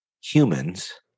humans